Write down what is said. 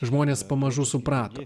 žmonės pamažu suprato